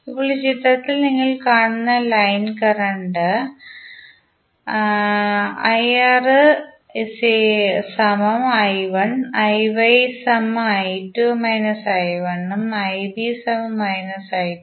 ഇപ്പോൾ ഈ ചിത്രത്തിൽ നിങ്ങൾ കാണുന്ന line current IR I1 IY I2 − I1 ഉം IB −I2